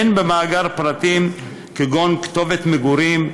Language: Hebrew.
אין במאגר פרטים כגון כתובת מגורים,